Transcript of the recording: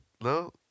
No